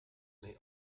may